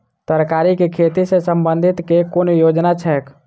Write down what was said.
तरकारी केँ खेती सऽ संबंधित केँ कुन योजना छैक?